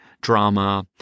drama